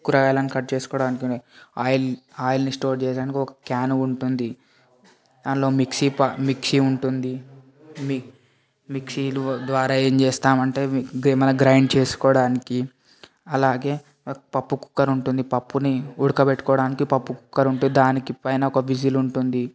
కూరగాయలను కట్ చేసుకోడానికి ఆయిల్ ఆయిల్ని స్టోర్ చేసుకోడానికి ఒక క్యాను ఉంటుంది దాంట్లో మిక్సీ వె మిక్సీ ఉంటుంది మి మిక్సీలు ద్వారా ఏం చేస్తామంటేఏమైనా గ్రైండ్ చేసుకోడానికి అలాగే పప్పు కుక్కరుంటుంది పప్పుని ఉడకబెట్టుకోడానికి పప్పు కుక్కరుంటే దానికి పైన ఒక విజిలుంటుంది